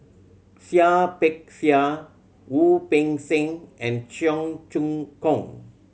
Seah Peck Seah Wu Peng Seng and Cheong Choong Kong